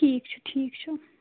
ٹھیٖک چھُ ٹھیٖک چھُ